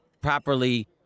properly